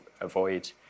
avoid